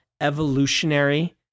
evolutionary